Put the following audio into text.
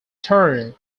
turn